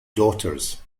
daughters